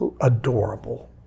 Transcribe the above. adorable